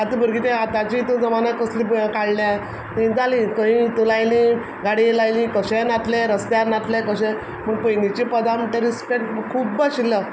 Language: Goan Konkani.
आतां भुरगीं तें आतांची इतूं जमान्यांत कशें काडल्यां जालीं थंय लायलीं गाणी लायलीं कशेंय नाचलें रस्त्यार नाचले कशेय पयलींचीं पदां म्हणटा तो रिस्पेक्ट खूब आशिल्लो